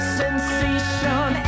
sensation